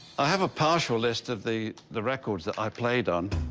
i have a partial list of the the records that i played on.